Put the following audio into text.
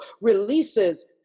releases